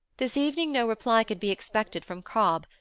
this evening no reply could be expected from cobb,